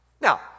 Now